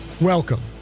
Welcome